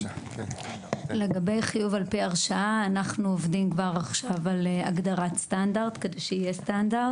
אנחנו עובדים כבר עכשיו על הגדרת סטנדרט לחיוב על פי הרשאה.